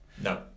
No